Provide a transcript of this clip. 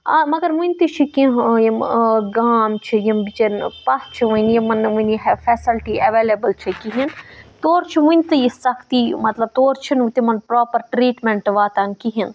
آ مگر وٕنہِ تہِ چھِ کینٛہہ یِم گام چھِ یِم بِچٲرۍ پَتھ چھِ وٕنہِ یِمَن نہٕ و ٕنہِ فیسَلٹی اویلیبٕل چھِ کِہیٖنۍ تورٕ چھِ وٕنہِ تہِ یہِ سَختی مطلَب تور چھِ نہٕ تِمَن پرٛوپَر ٹرٛیٖٹمٮ۪نٛٹ واتان کِہیٖنۍ